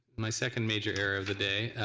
my second major error of the day.